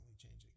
changing